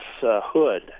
hood